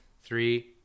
three